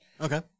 Okay